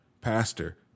pastor